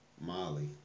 Molly